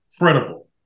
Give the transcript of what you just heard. incredible